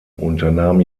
unternahm